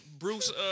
Bruce